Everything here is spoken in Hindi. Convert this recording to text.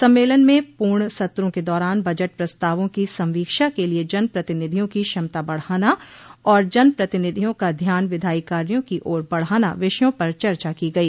सम्मेलन में पूर्ण सत्रों के दौरान बजट प्रस्तावों की संवीक्षा के लिये जन प्रतिनिधियों की क्षमता बढ़ाना और जन प्रतिनिधियों का ध्यान विधायी कार्यो की ओर बढ़ाना विषयों पर चर्चा की गई